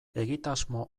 egitasmo